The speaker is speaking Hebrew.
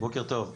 בוקר טוב.